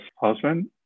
husband